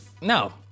No